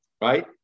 Right